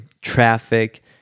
traffic